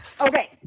Okay